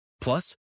Plus